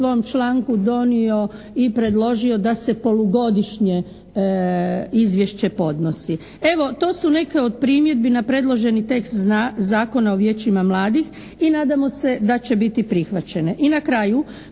svom članku donio i predložio da se polugodišnje izvješće podnosi. Evo to su neke od primjedbi na predloženi tekst zakona o vijećima mladih i nadamo se da će biti prihvaćene.